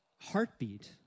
heartbeat